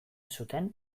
zuten